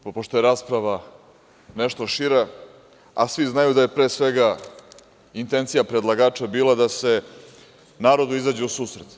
Pošto je rasprava nešto šira, a svi znaju da je intencija predlagača bila da se narodu izađe u susret.